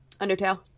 Undertale